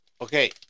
Okay